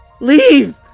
Leave